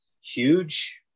huge